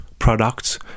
products